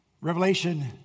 Revelation